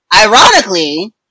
ironically